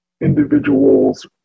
individuals